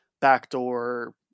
backdoor